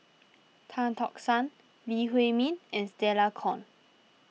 Tan Tock San Lee Huei Min and Stella Kon